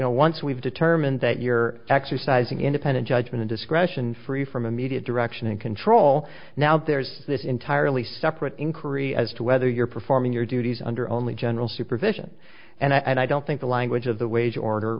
know once we've determined that you're exercising independent judgment discretion free from immediate direction and control now there's this entirely separate inquiry as to whether you're performing your duties under only general supervision and i don't think the language of the wage order